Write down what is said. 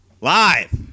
live